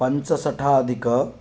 पञ्चशताधिक